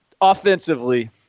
Offensively